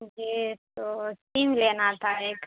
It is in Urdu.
جی تو سیم لینا تھا ایک